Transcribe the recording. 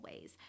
ways